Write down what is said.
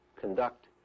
conduct